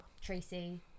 Tracy